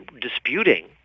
disputing